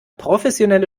professionelle